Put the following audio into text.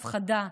הפחדה,